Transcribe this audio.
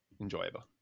enjoyable